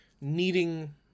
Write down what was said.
needing